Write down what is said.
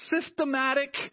systematic